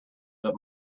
that